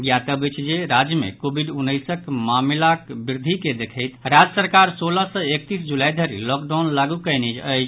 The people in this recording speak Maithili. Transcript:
ज्ञातव्य अछि जे राज्य मे कोविड उन्नैसक मामिलाक वृद्धि के देखैत राज्य सरकार सोलह सँ एकतीस जुलाई धरि लॉकडाउन लागू कयने अछि